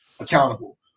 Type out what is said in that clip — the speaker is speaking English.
accountable